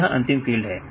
यह अंतिम फील्ड है